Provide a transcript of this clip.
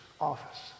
office